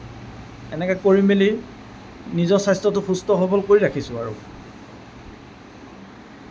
এনেকৈ কৰি মেলি নিজৰ স্বাস্থ্যটো সুস্থ সবল কৰি ৰাখিছোঁ আৰু